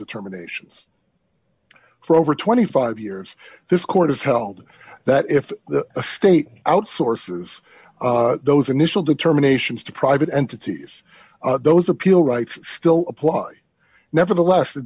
determinations for over twenty five years this court has held that if the state outsources those initial determinations to private entities those appeal rights still apply nevertheless the